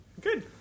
good